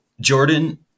Jordan